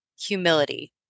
humility